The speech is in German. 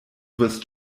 wirst